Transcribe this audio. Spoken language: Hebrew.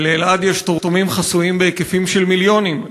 ולאלע"ד יש תורמים חסויים בהיקפים של מיליונים,